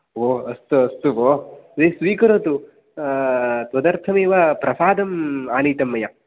ओ अस्तु अस्तु भो स्वि स्वीकरोतु त्वदर्थमेव प्रसादम् आनीतं मया